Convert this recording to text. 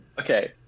Okay